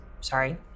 sorry